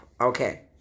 Okay